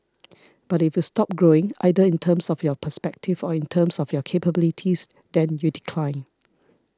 but if you stop growing either in terms of your perspective or in terms of your capabilities then you decline